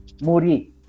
Muri